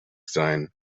sein